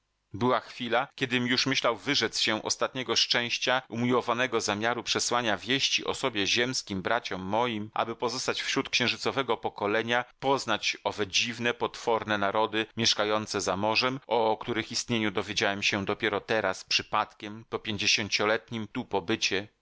była chwila kiedym już myślał wyrzec się ostatniego szczęścia umiłowanego zamiaru przesłania wieści o sobie ziemskim braciom moim aby pozostać wśród księżycowego pokolenia poznać owe dziwne potworne narody mieszkające za morzem o których istnieniu dowiedziałem się dopiero teraz przypadkiem po pięćdziesięcioletnim tu pobycie